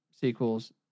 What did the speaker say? sequels